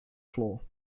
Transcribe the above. floor